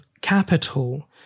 capital